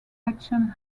actions